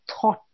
thought